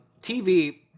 TV